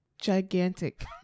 Gigantic